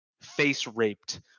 face-raped